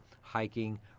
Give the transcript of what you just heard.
hiking